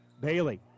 Bailey